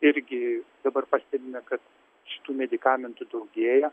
irgi dabar pastebime kad šitų medikamentų daugėja